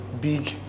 big